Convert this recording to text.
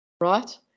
right